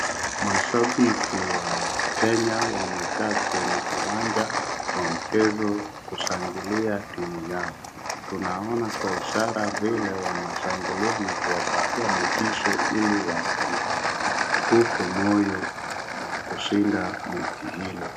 Mashabiki wa Kenya wamekaa kwenye uwanja wa mchezo kushangilia timu yao. Tunaona kwa ishara vile wanashangalia vile na kuwapatia motisho hili wasikufe moyo na kushinda mechi hilo.